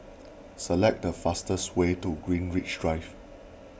select the fastest way to Greenwich Drive